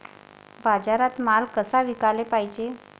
बाजारात माल कसा विकाले पायजे?